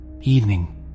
Evening